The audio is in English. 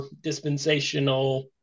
dispensational